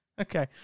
Okay